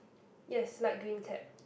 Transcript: yes like green cat